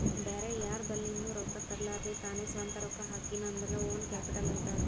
ಬ್ಯಾರೆ ಯಾರ್ ಬಲಿಂದ್ನು ರೊಕ್ಕಾ ತರ್ಲಾರ್ದೆ ತಾನೇ ಸ್ವಂತ ರೊಕ್ಕಾ ಹಾಕಿನು ಅಂದುರ್ ಓನ್ ಕ್ಯಾಪಿಟಲ್ ಅಂತಾರ್